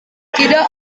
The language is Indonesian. tidak